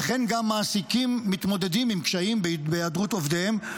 וכן גם מעסיקים מתמודדים עם קשיים בהיעדרות עובדיהם,